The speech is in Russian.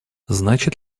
значит